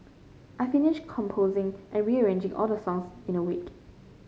I finished composing and rearranging all the songs in a week